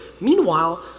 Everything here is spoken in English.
Meanwhile